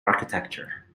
architecture